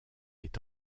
est